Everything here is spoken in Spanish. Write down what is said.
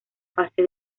fase